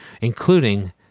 including